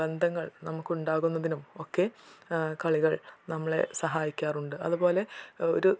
ബന്ധങ്ങൾ നമുക്കുണ്ടാകുന്നതിനും ഒക്കെ കളികൾ നമ്മളെ സഹായിക്കാറുണ്ട് അതു പോലെ